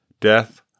death